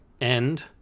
end